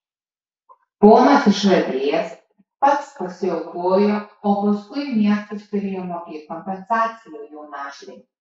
ponas išradėjas pats pasiaukojo o paskui miestas turėjo mokėt kompensaciją jo našlei